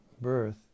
birth